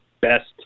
best